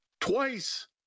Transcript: twice